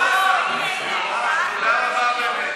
זה לא בתוך האולם.